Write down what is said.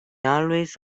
always